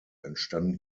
entstanden